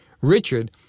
Richard